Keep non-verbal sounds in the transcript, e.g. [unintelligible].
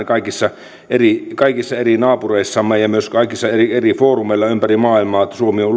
[unintelligible] kaikissa eri kaikissa eri naapureissamme ja myös kaikissa eri foorumeissa ympäri maailmaa mielletään että suomi on [unintelligible]